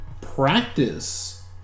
practice